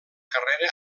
carrera